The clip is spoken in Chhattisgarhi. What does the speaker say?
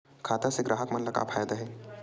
खाता से ग्राहक मन ला का फ़ायदा हे?